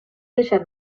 deixat